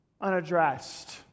unaddressed